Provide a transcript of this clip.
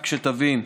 רק שתבין,